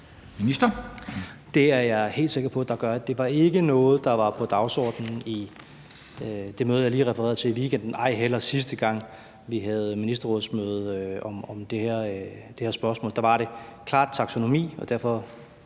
Det er jeg helt sikker på at der gør. Det var ikke noget, der var på dagsordenen i det møde i weekenden, jeg lige refererede til, ej heller sidste gang vi havde ministerrådsmøde om det her spørgsmål. Der handlede det klart om taksonomi. Og derfor